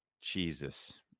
Jesus